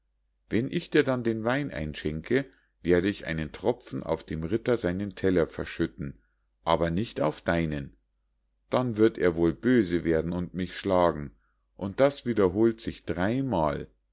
wenn ich dir dann den wein einschenke werde ich einen tropfen auf dem ritter seinen teller verschütten aber nicht auf deinen dann wird er wohl böse werden und mich schlagen und das wiederholt sich dreimal